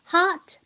Hot